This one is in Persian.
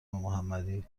محمدی